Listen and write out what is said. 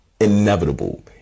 inevitable